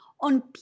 On